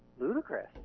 ludicrous